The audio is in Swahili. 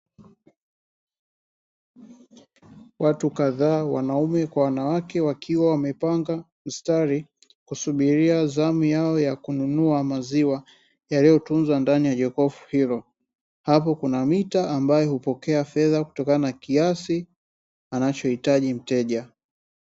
Watu kadhaa wanaume kwa wanawake wakiwa wamepanga mstari kusubiria zamu yao ya kununua maziwa yaliyotunzwa ndani ya jokofu hilo. Hapo kuna mita ambayo hupokea fedha kutokana na kiasi anachoitaji mteja.